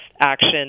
action